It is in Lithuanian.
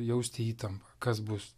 jausti įtampą kas bus